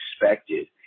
expected